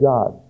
God